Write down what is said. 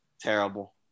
terrible